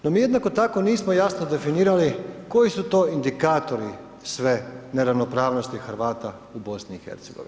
No mi jednako tako, nismo jasno definirali, koji su to indikatori sve neravnopravnosti Hrvata u BIH.